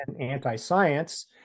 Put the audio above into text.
anti-science